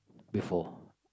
before